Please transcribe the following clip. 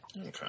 Okay